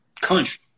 country